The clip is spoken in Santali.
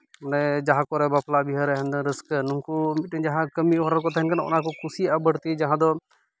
ᱚᱱᱮ ᱡᱟᱦᱟᱸ ᱠᱚᱨᱮ ᱵᱟᱯᱞᱟ ᱵᱤᱦᱟᱹᱨᱮ ᱦᱟᱱᱮ ᱨᱟᱹᱥᱠᱟᱹ ᱱᱩᱠᱩ ᱢᱤᱫᱴᱮᱱ ᱡᱟᱦᱟᱸ ᱠᱟᱹᱢᱤ ᱦᱚᱨ ᱨᱮᱠᱚ ᱛᱟᱦᱮᱱ ᱠᱟᱱᱟ ᱚᱱᱟ ᱠᱚ ᱠᱩᱥᱤᱭᱟᱜᱼᱟ ᱵᱟᱹᱲᱛᱤ ᱡᱟᱦᱟᱸ ᱫᱚ